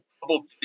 double